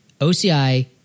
OCI